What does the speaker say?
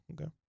Okay